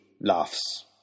laughs